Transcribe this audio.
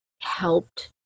helped